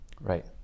Right